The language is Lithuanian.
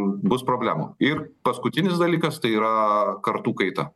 bus problemų ir paskutinis dalykas tai yra kartų kaita